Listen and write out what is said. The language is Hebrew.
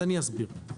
תכף אסביר.